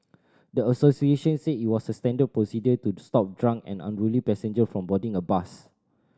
the associations said it was standard procedure to stop drunk or unruly passenger from boarding a bus